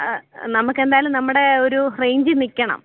ആ നമുക്കെന്തായാലും നമ്മുടെ ഒരു റേഞ്ചിൽ നിൽക്കണം